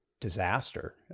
disaster